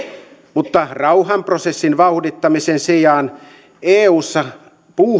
mutta rauhanprosessin vauhdittamisen sijaan eussa